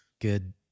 good